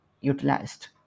utilized